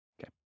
Okay